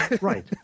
Right